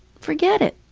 forget it.